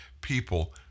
people